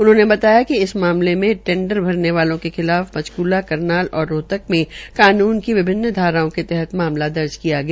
उन्होंने बताया कि इस मामले में टेंडर भरने वालों के खिलाफ पंचकूला करनाल रोहतक में कानून की विभिन्न धाराओं के तहत मामला दर्ज किया गया